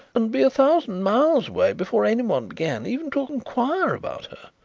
and be a thousand miles away before anyone began even to inquire about her.